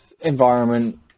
environment